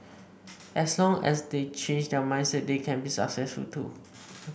as long as they change their mindsets they can be successful too